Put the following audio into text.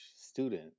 student